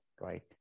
right